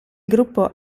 gruppo